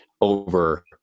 over